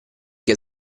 che